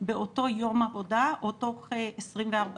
תוך 24 שעות,